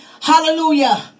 hallelujah